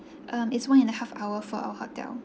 um it's one and a half hour for our hotel